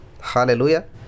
Hallelujah